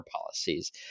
policies